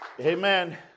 Amen